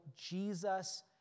Jesus